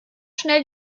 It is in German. schnell